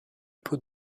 peau